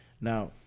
now